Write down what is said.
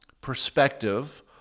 perspective